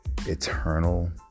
eternal